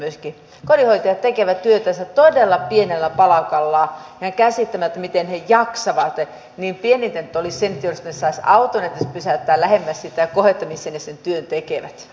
kun kotihoitajat tekevät työtänsä todella pienellä palkalla ja on ihan käsittämätöntä miten he jaksavat niin pienintä nyt olisi se jos he saisivat auton edes pysäyttää lähemmäs sitä kohdetta missä he sen työn tekevät